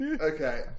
Okay